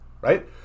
right